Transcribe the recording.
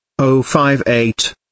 058